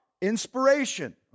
inspiration